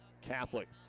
Catholic